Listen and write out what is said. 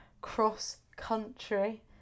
cross-country